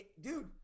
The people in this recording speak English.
dude